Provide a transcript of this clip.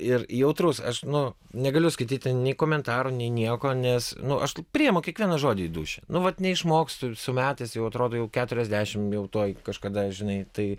ir jautrus aš nu negaliu skaityti nei komentarų nei nieko nes nu aš priimu kiekvieną žodį į dūšią nu vat neišmokstu metais jau atrodo jau keturiasdešim jau tuoj kažkada žinai tai